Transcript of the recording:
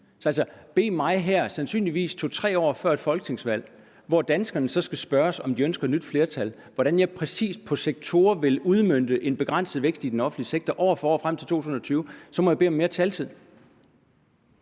At bede mig – sandsynligvis to-tre år før et folketingsvalg, hvor danskerne skal spørges, om de ønsker et nyt flertal – svare på, hvordan jeg præcis på sektorer vil udmønte en begrænset vækst i den offentlige sektor år for år frem mod 2020, kræver mere taletid.